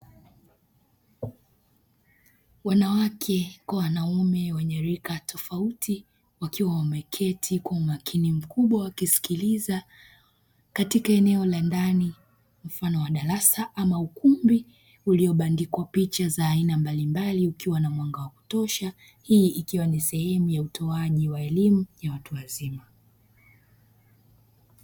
Wanawake kwa wanaume wenye rika tofauti wakiwa wameketi kwa umakini mkubwa wakiskiliza katika eneo la ndani mfano wa darasa ama ukumbi, uliobandikwa picha za aina mbalimbali ukiwa na mwanga wa kutosha, hii ikiwa ni sehemu ya utoaji wa elimu ya watu wazima.